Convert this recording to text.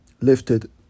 lifted